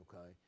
Okay